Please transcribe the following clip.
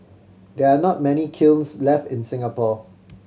there are not many kilns left in Singapore